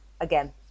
Again